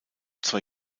zwei